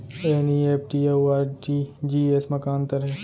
NEFT अऊ RTGS मा का अंतर हे?